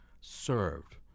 served